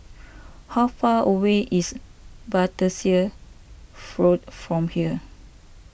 how far away is Battersea Road from here